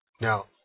Now